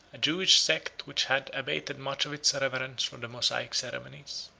a jewish sect which had abated much of its reverence for the mosaic ceremonies.